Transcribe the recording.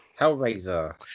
Hellraiser